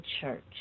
church